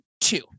two